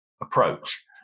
approach